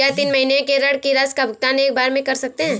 क्या तीन महीने के ऋण की राशि का भुगतान एक बार में कर सकते हैं?